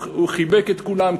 הוא חיבק את כולם,